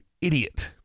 idiot